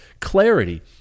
clarity